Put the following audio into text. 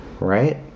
right